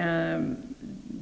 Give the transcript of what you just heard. här begreppet.